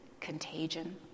contagion